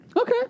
Okay